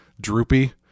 droopy